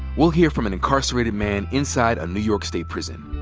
we'll hear from an incarcerated man inside a new york state prison.